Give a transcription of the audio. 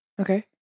Okay